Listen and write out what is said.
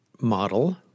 model